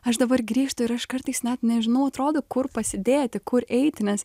aš dabar grįžtu ir aš kartais net nežinau atrodo kur pasidėti kur eiti nes